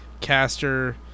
Caster